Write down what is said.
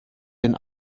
den